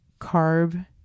carb